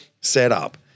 setup